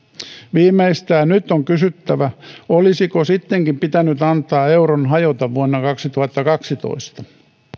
viimeistään nyt on kysyttävä olisiko sittenkin pitänyt antaa euron hajota vuonna kaksituhattakaksitoista